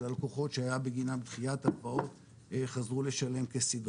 הלקוחות שהיתה בגינם דחיית הלוואות חזרו לשלם כסדרם.